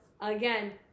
Again